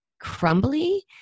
crumbly